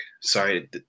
Sorry